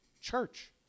church